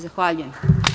Zahvaljujem.